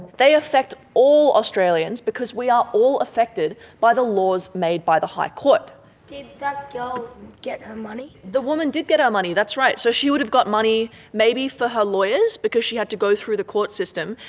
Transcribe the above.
they affect all australians because we are all affected by the laws made by the high court. did that girl get her money? the woman did get her um money, that's right, so she would have got money maybe for her lawyers because she had to go through the court system,